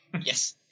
Yes